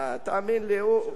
תאמין לי, הוא,